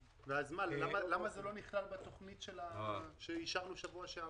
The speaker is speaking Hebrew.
למה זה לא נכלל בתוכנית שאישרנו בשבוע שעבר?